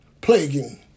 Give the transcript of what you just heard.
plaguing